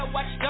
Watch